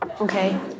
okay